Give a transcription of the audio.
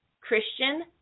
Christian